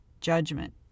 judgment